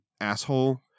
asshole